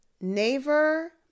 neighbor